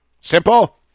Simple